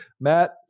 Matt